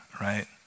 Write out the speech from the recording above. right